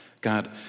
God